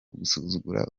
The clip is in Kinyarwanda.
ugusuzugura